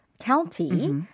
County